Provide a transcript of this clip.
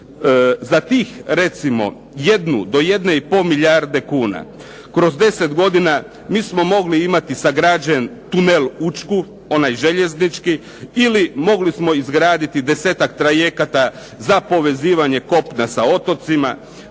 Za tih recimo jednu do jedne i pol milijarde kuna kroz deset godina mi smo mogli imati sagrađen tunel "Učku", onaj željeznički ili mogli smo izgraditi desetak trajekata za povezivanje kopna sa otocima,